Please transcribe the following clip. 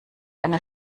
eine